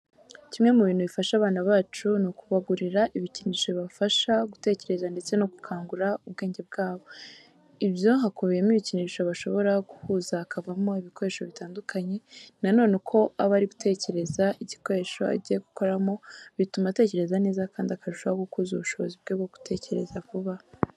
Kimwe mu bintu bifasha abana bacu, ni ukubagurira ibikinisho bibafasha gutekereza ndetse no gukangura ubwenge bwabo. Ibyo hakubiyemo ibikinisho bashobora guhuza hakavamo ibikoresho bitandukanye. Na none uko aba ari gutekereza igikoresho agiye gukoramo bituma atekereza neza kandi akarushaho gukuza ubushobozi bwe bwo gutekereza vuba.